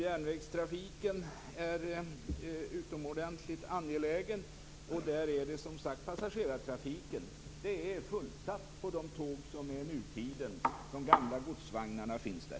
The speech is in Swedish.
Järnvägstrafiken är utomordentligt angelägen. Men när det gäller passagerartrafiken är det fullsatt på de nutida tågen. De gamla godsvagnarna finns där.